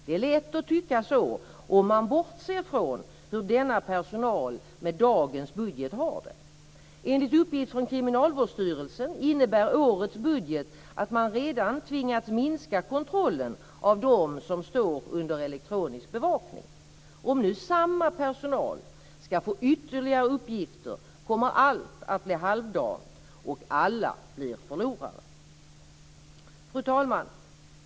Det är lätt att tycka så om man bortser från hur denna personal med dagens budget har det. Enligt uppgift från Kriminalvårdsstyrelsen innebär årets budget att man redan tvingats minska kontrollen av dem som står under elektronisk bevakning. Om nu samma personal ska få ytterligare uppgifter kommer allt att bli halvdant och alla blir förlorare. Fru talman!